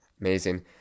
Amazing